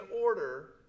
order